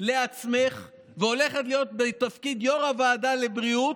לעצמך והולכת להיות בתפקיד יו"ר הוועדה לבריאות,